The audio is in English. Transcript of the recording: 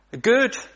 Good